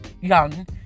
young